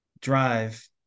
drive